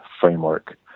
framework